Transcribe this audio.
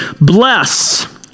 bless